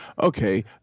okay